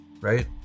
Right